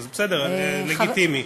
בסדר, זה לגיטימי.